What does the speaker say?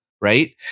right